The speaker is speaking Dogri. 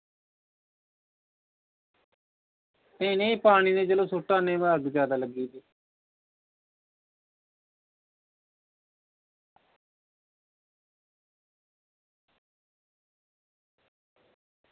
नेईं नेईं पानी ते सुट्टा नै अग्ग जादै लग्गी सकदी